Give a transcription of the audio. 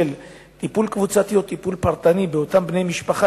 טיפול קבוצתי או טיפול פרטני באותם בני משפחה